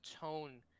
tone